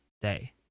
day